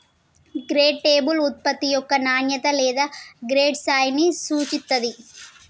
grade label ఉత్పత్తి యొక్క నాణ్యత లేదా గ్రేడ్ స్థాయిని సూచిత్తాంది